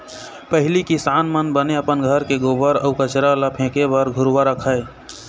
पहिली किसान मन बने अपन घर के गोबर अउ कचरा ल फेके बर घुरूवा रखय